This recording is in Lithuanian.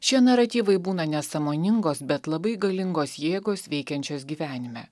šie naratyvai būna nesąmoningos bet labai galingos jėgos veikiančios gyvenime